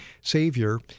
savior